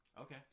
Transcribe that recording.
Okay